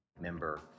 member